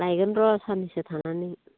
लायगोन र' साननैसो थानानै